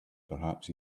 perhaps